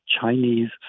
Chinese